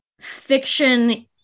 fiction